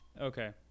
Okay